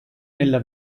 nella